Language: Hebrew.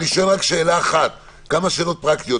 אני שואל כמה שאלות פרקטיות.